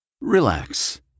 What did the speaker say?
Relax